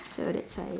so that's why